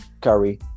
Curry